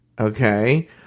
okay